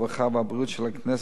הרווחה והבריאות של הכנסת,